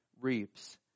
reaps